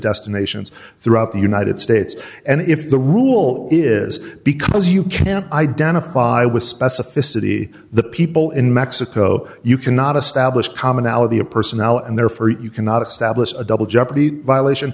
destinations throughout the united states and if the rule is because you can't identify with specificity the people in mexico you cannot establish commonality of personnel and therefore you cannot establish a double jeopardy violation